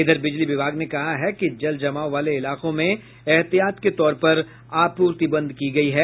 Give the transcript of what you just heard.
इधर बिजली विभाग ने कहा है कि जल जमाव वाले इलाकों में एहतियात के तौर पर आपूर्ति बंद की गयी है